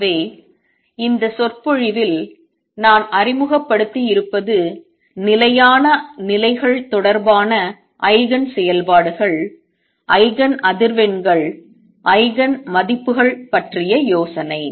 எனவே இந்த சொற்பொழிவில் நான் அறிமுகப்படுத்தியிருப்பது நிலையான நிலைகள் தொடர்பாக ஐகன் செயல்பாடுகள் ஐகன் அதிர்வெண்கள் ஐகன் மதிப்புகள் பற்றிய யோசனை